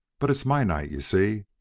but it's my night, you see.